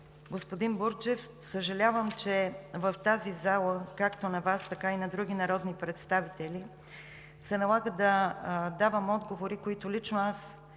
Господин Бурджев, съжалявам, че в тази зала както на Вас, така и на други народни представители се налага да давам отговори, които лично аз